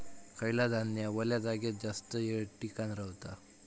खयला धान्य वल्या जागेत जास्त येळ टिकान रवतला?